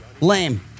Lame